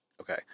Okay